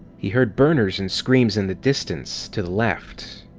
he heard burners and screams in the distance, to the left.